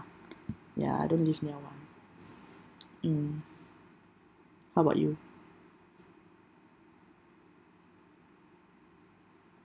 ya I don't live near one mm how about you